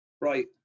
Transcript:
Right